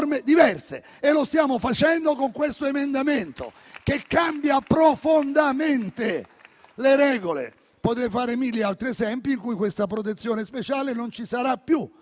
e lo stiamo facendo con questo emendamento, che cambia profondamente le regole. Potrei fare mille altri esempi in cui questa protezione speciale non ci sarà più.